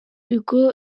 hugo